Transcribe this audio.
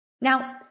Now